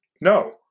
No